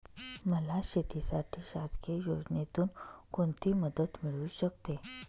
मला शेतीसाठी शासकीय योजनेतून कोणतीमदत मिळू शकते?